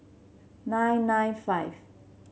nine nine five